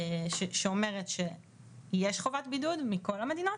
שאומרת שיש חובת בידוד מכל המדינות.